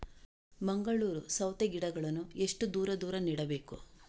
ಮಂಗಳೂರು ಸೌತೆ ಗಿಡಗಳನ್ನು ಎಷ್ಟು ದೂರ ದೂರ ನೆಡಬೇಕು?